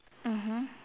mmhmm